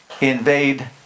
invade